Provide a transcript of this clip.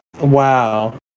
Wow